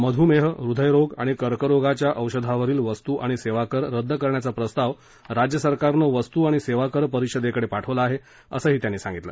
मधुमेह ह्रदयरोग आणि कर्करोगाच्या औषधावरील वस्तू आणि सेवा कर रद्द करण्याचा प्रस्ताव राज्यसरकारनं वस्तू आणि सेवा कर परिषदेकडे पाठवला आहे असं ते म्हणाले